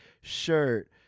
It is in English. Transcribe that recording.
shirt